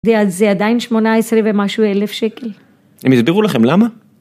ואז זה עדיין שמונה עשרה ומשהו אלף שקל. הם הסבירו לכם למה?